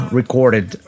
recorded